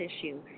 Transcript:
issue